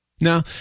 Now